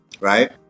right